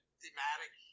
thematic